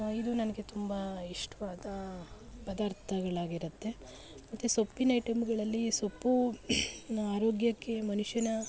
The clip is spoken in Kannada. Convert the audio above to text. ಇದು ನನಗೆ ತುಂಬ ಇಷ್ಟವಾದ ಪದಾರ್ಥಗಳಾಗಿರುತ್ತೆ ಮತ್ತೆ ಸೊಪ್ಪಿನ ಐಟಮ್ಗಳಲ್ಲಿ ಸೊಪ್ಪು ಆರೋಗ್ಯಕ್ಕೆ ಮನುಷ್ಯನ